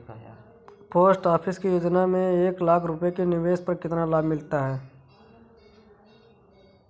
Post office की योजना में एक लाख रूपए के निवेश पर कितना लाभ मिलता है?